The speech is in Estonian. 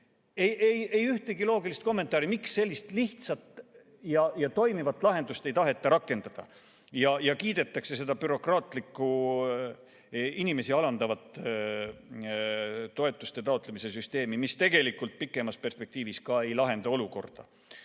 ühtegi loogilist kommentaari, miks sellist lihtsat ja toimivat lahendust ei taheta rakendada, aga kiidetakse seda bürokraatlikku inimesi alandavat toetuste taotlemise süsteemi, mis tegelikult pikemas perspektiivis ei lahenda olukorda.